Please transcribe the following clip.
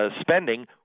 spending –